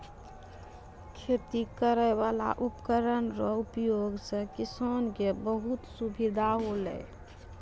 खेती करै वाला उपकरण रो उपयोग से किसान के बहुत सुबिधा होलै